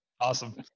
awesome